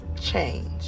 change